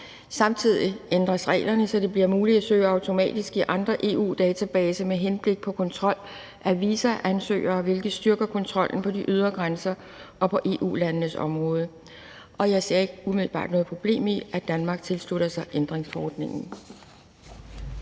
Samtidig ændres reglerne, så det bliver muligt automatisk at søge i andre EU-databaser med henblik på kontrol af visaansøgere, hvilke styrker kontrollen på de ydre grænser og på EU-landenes område. Jeg ser ikke umiddelbart noget problem i, at Danmark tilslutter sig ændringsforordningen.